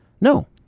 No